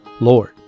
Lord